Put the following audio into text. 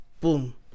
boom